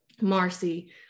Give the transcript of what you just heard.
Marcy